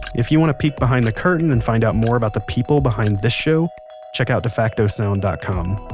if you want to peek behind the curtain and find out more about the people behind this show check out defactosound dot com.